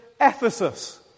Ephesus